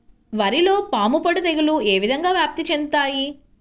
వరిలో పాముపొడ తెగులు ఏ విధంగా వ్యాప్తి చెందుతాయి?